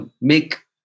make